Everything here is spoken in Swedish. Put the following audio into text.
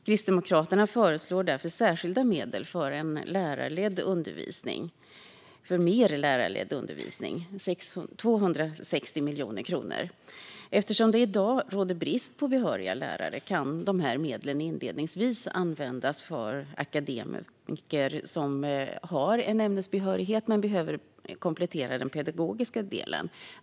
Kristdemokraterna föreslår därför särskilda medel - 260 miljoner kronor - för mer lärarledd undervisning. Eftersom det i dag råder brist på behöriga lärare kan medlen inledningsvis användas till att anordna fler platser för akademiker med ämnesbehörighet som behöver komplettera den pedagogiska delen.